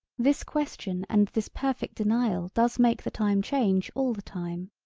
this question and this perfect denial does make the time change all the time.